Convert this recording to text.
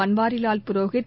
Banwarilal Purohit